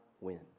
win